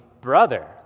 brother